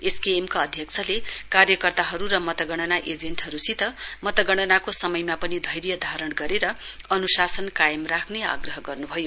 SKM का अध्यक्षले कार्यकर्ता र मतगणना एजेन्टहरूसित मतगणनाको समयमा पनि धैर्य धारण गरेर अनुशासन कायम राख्ने आग्रह गर्नु भयो